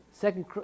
second